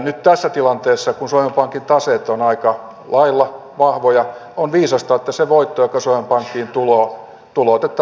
nyt tässä tilanteessa kun suomen pankin taseet ovat aika lailla vahvoja on viisasta että se voitto joka suomen pankkiin tulee tuloutetaan valtiolle